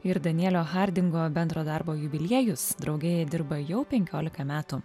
ir danielio hardingo bendro darbo jubiliejus drauge jie dirba jau penkioliką metų